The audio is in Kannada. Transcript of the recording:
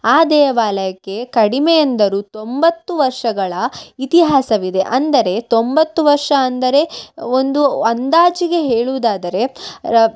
ಆ ದೇವಾಲಯಕ್ಕೆ ಕಡಿಮೆ ಅಂದರು ತೊಂಬತ್ತು ವರ್ಷಗಳ ಇತಿಹಾಸವಿದೆ ಅಂದರೆ ತೊಂಬತ್ತು ವರ್ಷ ಅಂದರೆ ಒಂದು ಅಂದಾಜಿಗೆ ಹೇಳುವುದಾದರೆ ರ್